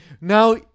Now